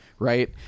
Right